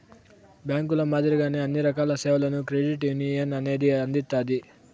బ్యాంకుల మాదిరిగానే అన్ని రకాల సేవలను క్రెడిట్ యునియన్ అనేది అందిత్తాది